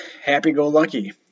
happy-go-lucky